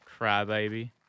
Crybaby